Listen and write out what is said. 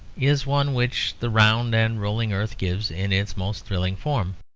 is one which the round and rolling earth gives in its most thrilling form.